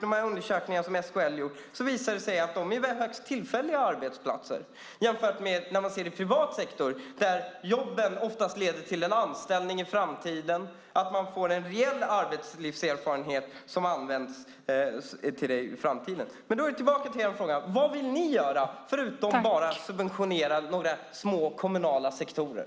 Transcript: De undersökningar som SKL gjort visar att det är högst tillfälliga arbetsplatser. I privat sektor leder jobben oftast till en anställning i framtiden, och man får en rejäl arbetslivserfarenhet. Då är jag tillbaka i frågan till er: Vad vill ni göra, förutom bara subventionera några små kommunala sektorer?